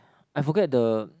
I forget the